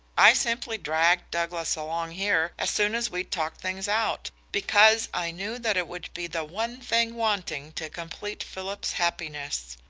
i simply dragged douglas along here, as soon as we'd talked things out, because i knew that it would be the one thing wanting to complete philip's happiness.